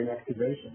activation